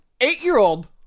Eight-year-old